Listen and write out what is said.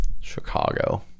chicago